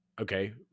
okay